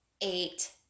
eight